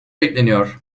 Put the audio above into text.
bekleniyor